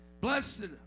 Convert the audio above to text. Blessed